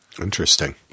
Interesting